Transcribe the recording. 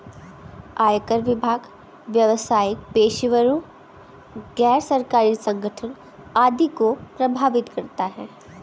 आयकर विभाग व्यावसायिक पेशेवरों, गैर सरकारी संगठन आदि को प्रभावित करता है